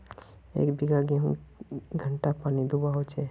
एक बिगहा गेँहूत कई घंटा पानी दुबा होचए?